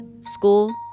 school